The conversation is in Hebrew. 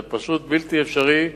זה פשוט בלתי אפשרי,